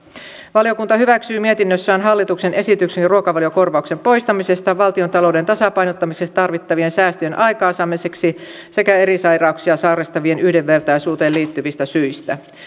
valiokunta hyväksyy mietinnössään hallituksen esityksen ruokavaliokorvauksen poistamisesta valtiontalouden tasapainottamisessa tarvittavien säästöjen aikaansaamiseksi sekä eri sairauksia sairastavien yhdenvertaisuuteen liittyvistä syistä